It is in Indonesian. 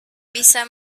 bisa